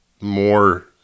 more